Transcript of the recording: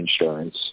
insurance